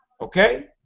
Okay